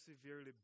severely